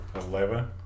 Eleven